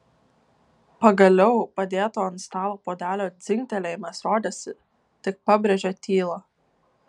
pagaliau padėto ant stalo puodelio dzingtelėjimas rodėsi tik pabrėžė tylą